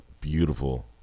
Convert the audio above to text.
beautiful